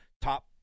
top